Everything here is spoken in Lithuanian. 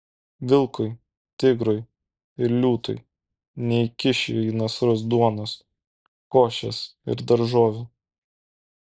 vilkui tigrui ir liūtui neįkiši į nasrus duonos košės ir daržovių